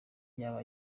yaba